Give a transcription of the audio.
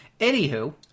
Anywho